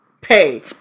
Pay